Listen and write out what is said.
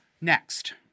Next